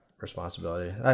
responsibility